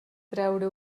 treure